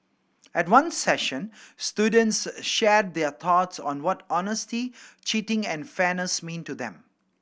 at one session students shared their thoughts on what honesty cheating and fairness mean to them